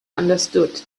understood